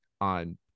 on